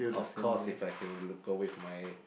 of course if I can wanna go with my